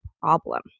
problem